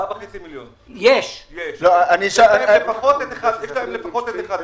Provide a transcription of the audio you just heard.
4.5 מיליון אנשים שיש להם לפחות את אחד מהם.